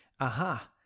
aha